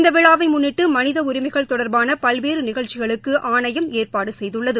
இந்த விழாவை முன்னிட்டு மனித உரிமைகள் தொடர்பான பல்வேறு நிகழ்ச்சிகளுக்கு ஆணையம் ஏற்பாடு செய்துள்ளது